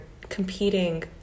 competing